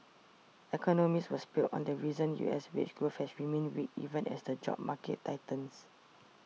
economists were split on the reasons U S wage growth has remained weak even as the job market tightens